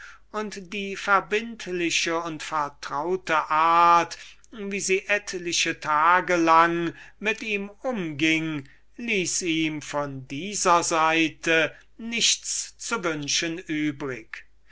und die verbindliche und vertraute art wie sie etliche tage lang mit ihm umging ließ ihm von dieser seite nichts zu wünschen übrig